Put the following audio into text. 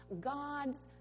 God's